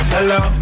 Hello